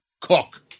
cook